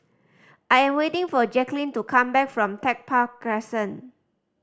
I am waiting for Jacquelyn to come back from Tech Park Crescent